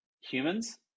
Humans